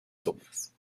sombras